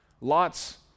Lot's